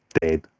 Dead